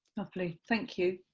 lovely, thank you.